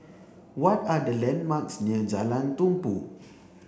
what are the landmarks near Jalan Tumpu